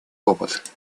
опыт